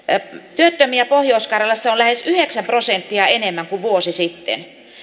työttömiä pohjois karjalassa on lähes yhdeksän prosenttia enemmän kuin vuosi sitten